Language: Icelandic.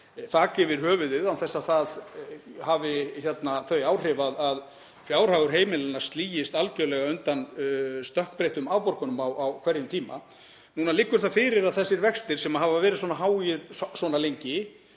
þak yfir höfuðið án þess að það hafi þau áhrif að fjárhagur heimilanna sligist algerlega undan stökkbreyttum afborgunum á hverjum tíma. Núna liggur það fyrir að þessir vextir, sem hafa verið svo háir svona lengi,